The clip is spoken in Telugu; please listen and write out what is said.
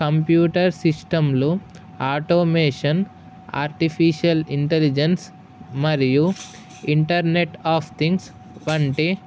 కంప్యూటర్ సిస్టంలు ఆటోమేషన్ ఆర్టిఫిషియల్ ఇంటెలిజెన్స్ మరియు ఇంటర్నెట్ ఆఫ్ థింగ్స్ వంటి